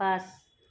পাঁচ